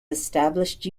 established